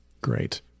Great